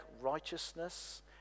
righteousness